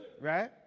right